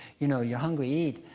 you know you're hungry, eat.